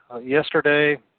yesterday